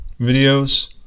videos